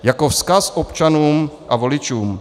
Jako vzkaz občanům a voličům.